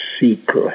secret